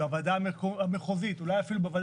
בוועדה המחוזית ואולי אילו בוועדה